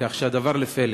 כך שהדבר לפלא.